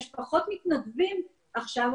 יש פחות מתנדבים עכשיו,